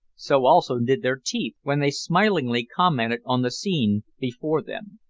so also did their teeth when they smilingly commented on the scene before them.